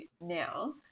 now